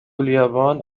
اليابان